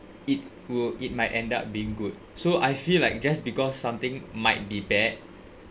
it will it might end up being good so I feel like just because something might be bad